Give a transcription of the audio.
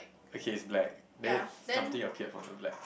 okay it's black then something appeared from the black